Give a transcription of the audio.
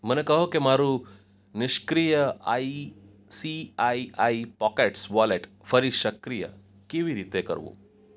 મને કહો કે મારું નિષ્ક્રિય I C I I Pockets wallet ફરી સક્રિય કેવી રીતે કરવું